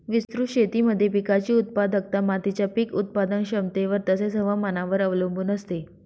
विस्तृत शेतीमध्ये पिकाची उत्पादकता मातीच्या पीक उत्पादन क्षमतेवर तसेच, हवामानावर अवलंबून असते